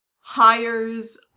hires